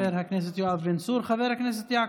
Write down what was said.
תודה, חבר הכנסת יואב בן צור.